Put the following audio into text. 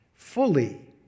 fully